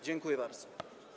Dziękuję bardzo.